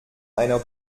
einer